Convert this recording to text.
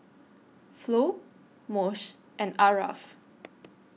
Flo Moshe and Aarav